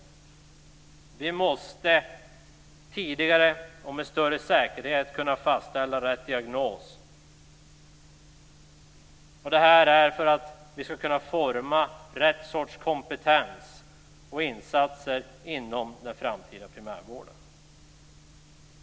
Vi måste tidigare och med större säkerhet kunna fastställa rätt diagnos; detta för att vi ska kunna forma rätt sorts kompetens och insatser inom den framtida primärvården.